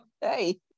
hey